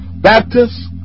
Baptists